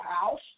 house